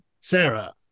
sarah